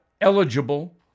eligible